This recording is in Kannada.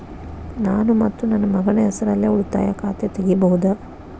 ನಾನು ಮತ್ತು ನನ್ನ ಮಗನ ಹೆಸರಲ್ಲೇ ಉಳಿತಾಯ ಖಾತ ತೆಗಿಬಹುದ?